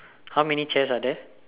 how many chairs are there